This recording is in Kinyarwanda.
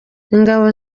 ingabo